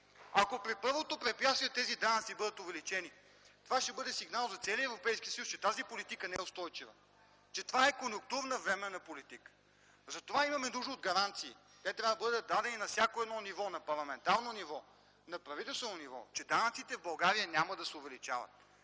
ако при първото препятствие данъците бъдат увеличени, това ще бъде сигнал за целия Европейски съюз, че тази политика не е устойчива, а е конюнктурна, временна политика. Именно затова имаме нужда от гаранции, които да бъдат дадени на всяко едно ниво – на парламентарно и на правителствено ниво, че данъците в България няма да се увеличават,